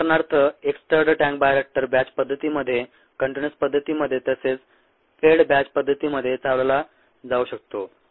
उदाहरणार्थ एक stirred tank bioreactor batch पद्धतीमध्ये कंटीन्यूअस पद्धतीमध्ये तसेच फेड बॅच पद्धतीमध्ये चालवला जाऊ शकतो